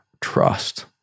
trust